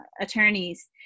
attorneys